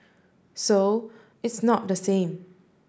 so it's not the same